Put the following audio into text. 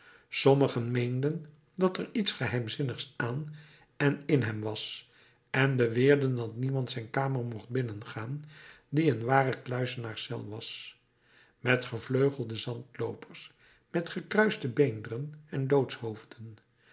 sommigen meenden dat er iets geheimzinnigs aan en in hem was en beweerden dat niemand zijn kamer mocht binnengaan die een ware kluizenaarscel was met gevleugelde zandloopers met gekruiste beenderen en